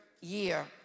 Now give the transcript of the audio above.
year